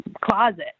closet